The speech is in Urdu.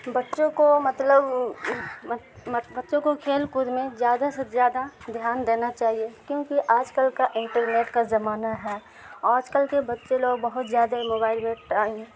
بچوں کو مطلب بچوں کو کھیل کود میں زیادہ سے زیادہ دھیان دینا چاہیے کیونکہ آج کل کا انٹرنیٹ کا زمانہ ہے آج کل کے بچے لوگ بہت زیادہ موبائل میں ٹائم